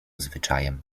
zwyczajem